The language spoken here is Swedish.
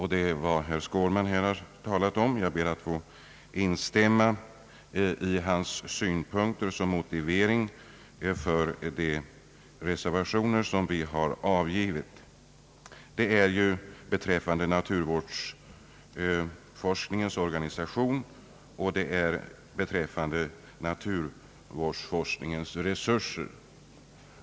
Herr Skårman har nyss motiverat två av de reservationer vi avgivit, och jag ber att få instämma i hans synpunkter både när det gäller naturvårdsforskningens organisation och när det gäller denna forsknings resurser.